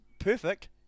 Perfect